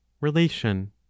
Relation